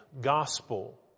gospel